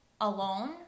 alone